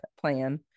plan